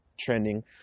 trending